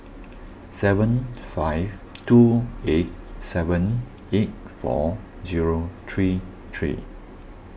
seven five two eight seven eight four zero three three